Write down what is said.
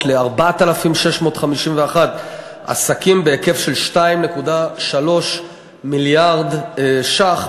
ל-4,651 עסקים בהיקף של 2.3 מיליארד ש"ח,